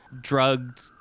Drugged